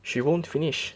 she won't finish